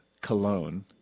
cologne